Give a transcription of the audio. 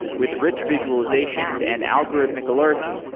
with rich visualizations and algorithmic alerts,